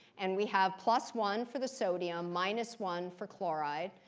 and we have plus one for the sodium, minus one for chloride,